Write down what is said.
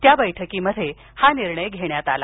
या बैठकीत हा निर्णय घेण्यात आला